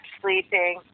sleeping